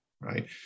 Right